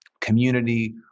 community